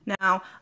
Now